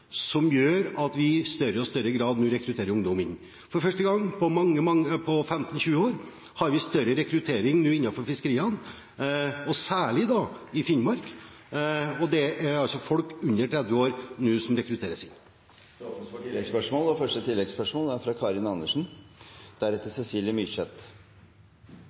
som gjør at vi i større og større grad nå rekrutterer ungdom. For første gang på 15–20 år har vi nå større rekruttering innenfor fiskeriene, særlig i Finnmark. Og det er folk under 30 år som nå rekrutteres inn. Det åpnes for oppfølgingsspørsmål – først Karin Andersen. Jeg vet ikke om fiskeriministeren mente å si det han nettopp sa, men det er